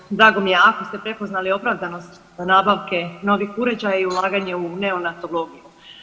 I evo, drago mi je ako ste prepoznali opravdanost za nabavke novih uređaja i ulaganje u neonatologiju.